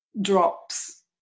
drops